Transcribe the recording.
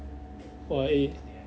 !wah! eh